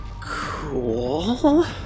Cool